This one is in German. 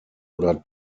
oder